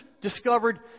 discovered